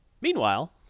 Meanwhile